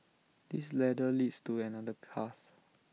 this ladder leads to another path